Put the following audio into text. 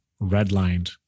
redlined